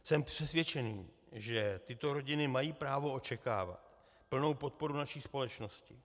Jsem přesvědčen, že tyto rodiny mají právo očekávat plnou podporu naší společnosti.